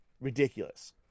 Ridiculous